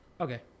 Okay